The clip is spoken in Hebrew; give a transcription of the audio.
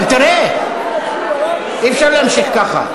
אבל תראה, אי-אפשר להמשיך ככה.